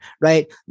Right